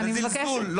ואני מבקשת --- זה זלזול.